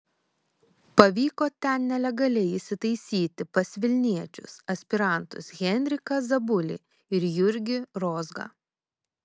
pavyko ten nelegaliai įsitaisyti pas vilniečius aspirantus henriką zabulį ir jurgį rozgą